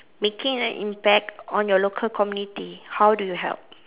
making an impact on your local community how do you help